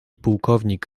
pułkownik